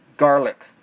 Garlic